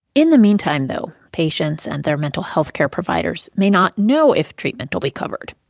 in the meantime, though, patients and their mental health care providers may not know if treatment will be covered.